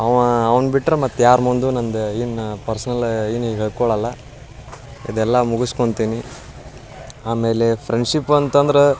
ಅವ ಅವ್ನ ಬಿಟ್ರೆ ಮತ್ತೆ ಯಾರ ಮುಂದೂ ನಂದು ಏನೂ ಪರ್ಸ್ನಲ್ಲ ಏನೂ ಹೇಳ್ಕೊಳ್ಳೋಲ್ಲ ಇದೆಲ್ಲ ಮುಗಿಸ್ಕೊಂತೇನಿ ಆಮೇಲೆ ಫ್ರೆಂಡ್ಶಿಪ್ ಅಂತಂದ್ರೆ